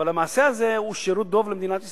אבל המעשה הזה הוא שירות דוב למדינת ישראל,